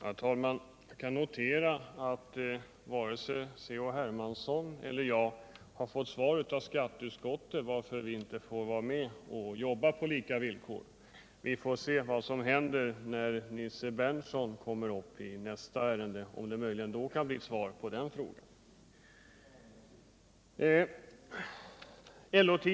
Herr talman! Jag kan notera att varken C.-H. Hermansson eller jag har fått svar av skatteutskottet på frågan, varför vi inte får vara med och jobba på lika villkor. Vi får se vad som händer när Nils Berndtson kommer upp I nästa ärende — om det möjligen då kan bli ett svar på frågan.